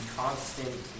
constant